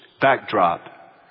Backdrop